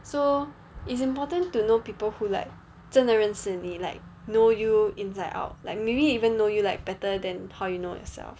so it's important to know people who like 真的认识你 like know you inside out like maybe even know you like better than how you know yourself